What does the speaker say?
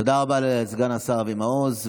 תודה רבה לסגן השר אבי מעוז.